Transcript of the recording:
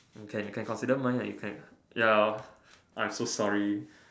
you can you can consider mine ah you can ya I'm so sorry